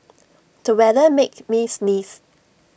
the weather made me sneeze